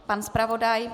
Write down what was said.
Pan zpravodaj.